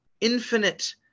Infinite